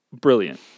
brilliant